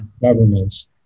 governments